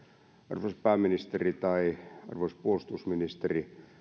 arvoisa pääministeri tai arvoisa puolustusministeri